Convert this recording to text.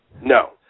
No